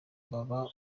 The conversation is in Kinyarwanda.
baba